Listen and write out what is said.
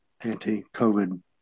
anti-COVID